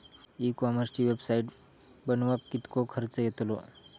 E कॉमर्सची website बनवक किततो खर्च येतलो?